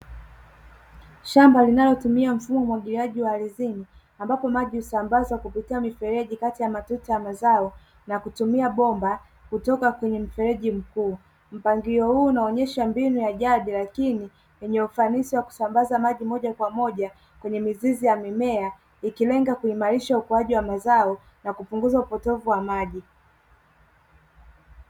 Shamba linalotumia mfumo wa umwagiliaji wa ardhini ambapo maji husambazwa kupitia mifereji kati ya matuta ya mazao na kutumia bomba kutoka kwenye mfereji mkuu. Mpangilio huu unaonyesha mbinu ya jadi lakini yenye ufanisi wa kusambaza maji moja kwa moja kwenye mizizi ya mimea ikilenge kuimarisha ukuaji wa mazao na kupunguza upotevu wa maji.